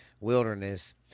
wilderness